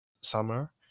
summer